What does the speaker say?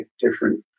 different